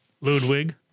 Ludwig